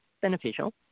beneficial